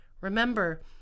Remember